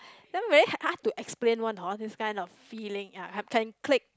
then very ha~ hard to explain one hor this kind of feeling ya can click